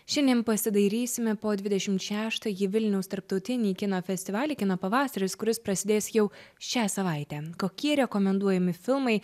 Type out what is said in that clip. šiandien pasidairysime po dvidešimt šeštąjį vilniaus tarptautinį kino festivalį kino pavasaris kuris prasidės jau šią savaitę kokie rekomenduojami filmai